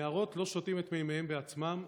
נהרות לא שותים את מימיהם בעצמם,